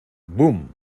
boom